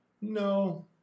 No